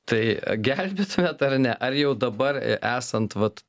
tai gelbėtumėt ar ne ar jau dabar esant vat